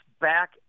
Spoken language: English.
back